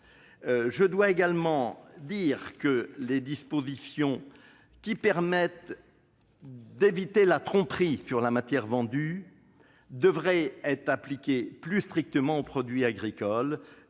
cette avancée. Les dispositions permettant d'éviter la tromperie sur la matière vendue devraient être appliquées plus strictement aux produits agricoles.